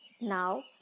now